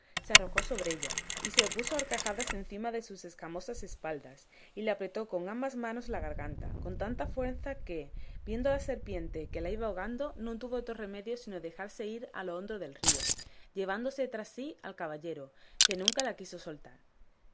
se arrojó sobre ella y se puso a horcajadas encima de sus escamosas espaldas y le apretó con ambas manos la garganta con tanta fuerza que viendo la serpiente que la iba ahogando no tuvo otro remedio sino dejarse ir a lo hondo del río llevándose tras sí al caballero que nunca la quiso soltar